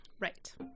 Right